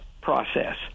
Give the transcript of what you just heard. process